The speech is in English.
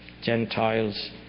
Gentiles